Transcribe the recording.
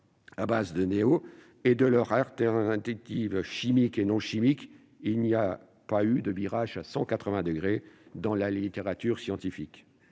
à base de néonicotinoïdes et de leurs alternatives chimiques et non chimiques, il n'y a pas eu de virage à 180 degrés dans la littérature scientifique.